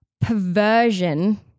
perversion